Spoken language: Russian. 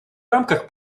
рамках